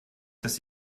dass